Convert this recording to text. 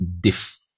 diff